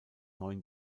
neuen